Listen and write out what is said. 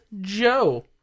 Joe